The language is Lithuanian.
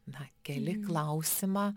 na keli klausimą